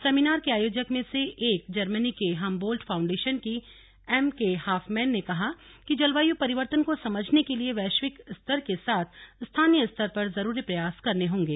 seminar के आयोजक में से एक जर्मनी की हमबोल्ट फाउंडेशन की एमकेहाफमैन ने कहा कि जलवायु परिवर्तन को समझने के लिए वैश्विक स्तर के साथ स्थानीय स्तर पर जरुरी प्रयास करने होंगे